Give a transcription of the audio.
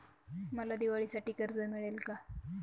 मला दिवाळीसाठी कर्ज मिळेल का?